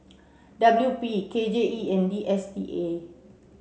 W P K J E and D S T A